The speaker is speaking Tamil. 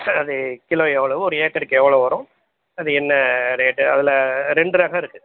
அது கிலோ எவ்வளோ ஒரு ஏக்கருக்கு எவ்வளோ வரும் அது என்ன ரேட்டு அதில் ரெண்டு ரகம் இருக்குது